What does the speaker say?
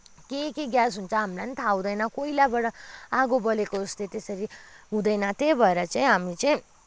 के के ग्यास हुन्छ हामीलाई नि थाहा हुँदैन कोइलाबाट आगो बलेको जस्तो त्यसरी हुँदैन त्यही भएर चाहिँ हामी चाहिँ